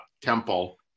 Temple